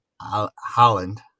Holland